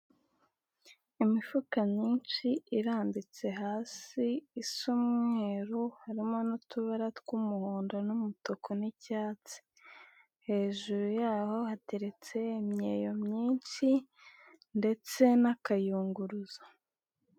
Imifuka myinshi irambitse hasi isa umweru, harimo n'utubara tw'umuhondo n'umutuku n'icyatsi. Hejuru yaho hateretse imyeyo myinshi ndetse n'akayunguruzo.